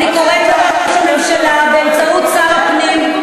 אני קוראת לראש הממשלה, באמצעות שר הפנים,